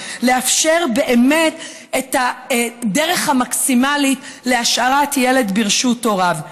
לאפשר באמת את הדרך המקסימלית להשארת ילד ברשות הוריו.